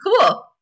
Cool